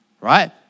right